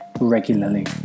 regularly